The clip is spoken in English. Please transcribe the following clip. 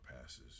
passes